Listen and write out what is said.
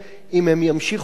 אם הם ימשיכו כך,